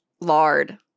lard